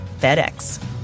FedEx